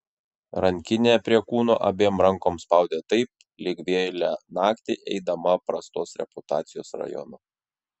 rankinę prie kūno abiem rankom spaudė taip lyg vėlią naktį eidama prastos reputacijos rajonu